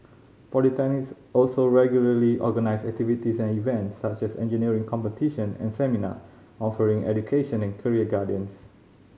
polytechnics also regularly organise activities and events such as engineering competition and seminars offering education and career guidance